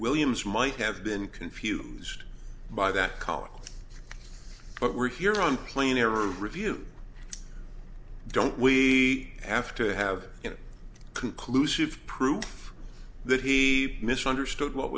williams might have been confused by that koll but we're here on planar review don't we have to have conclusive proof that he misunderstood what